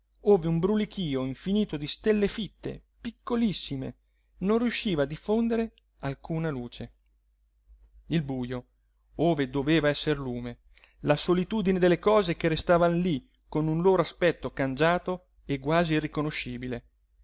ove un brulichío infinito di stelle fitte piccolissime non riusciva a diffondere alcuna luce il bujo ove doveva esser lume la solitudine delle cose che restavan lí con un loro aspetto cangiato e quasi irriconoscibile